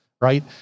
right